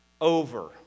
over